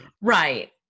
right